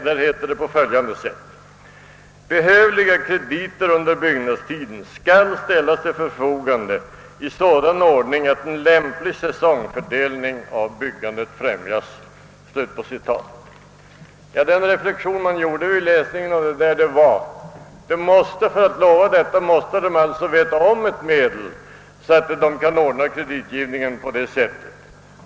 Det heter på följande sätt: »Behövliga krediter under byggnadstiden skall ställas till förfogande i sådan ordning att en lämplig säsongfördelning av byggandet främjas.» Den reflexion man gjorde vid läsningen av dessa ord var att socialdemokraterna för att lova detta måste veta om ett medel att ordna kreditgivningen på det sättet.